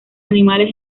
animales